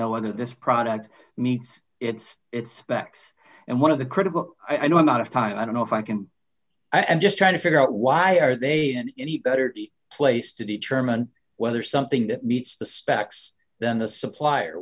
know whether this product meets its its specs and one of the critical i know a lot of time i don't know if i can i am just trying to figure out why are they any better place to determine whether something that meets the specs than the supplier